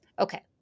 Okay